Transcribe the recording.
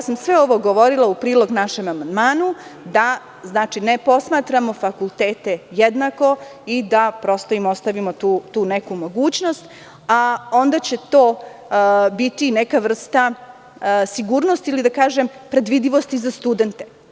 Sve ovo sam govorila prilog našem amandmanu da ne posmatramo fakultete jednake i da im ostavimo tu neku mogućnost, a onda će to biti neka vrsta sigurnosti ili predvidivosti za studente.